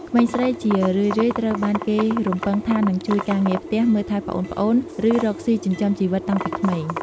ក្មេងស្រីជារឿយៗត្រូវបានគេរំពឹងថានឹងជួយការងារផ្ទះ មើលថែប្អូនៗ ឬរកស៊ីចិញ្ចឹមជីវិតតាំងពីក្មេង។